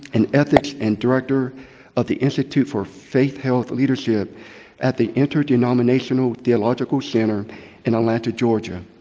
and ethics, and director of the institute for faith, health, leadership at the interdenominational theological center in atlanta, georgia.